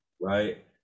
Right